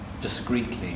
discreetly